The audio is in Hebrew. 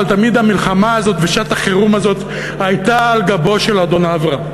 אבל תמיד המלחמה הזאת ושעת-החירום הזאת היו על גבו של אדון אברם.